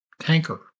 tanker